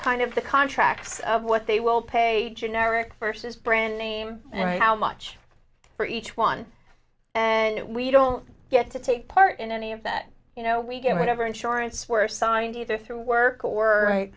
kind of the contracts of what they will pay generic versus brand name and how much for each one and we don't get to take part in any of that you know we get whatever insurance were assigned either through work or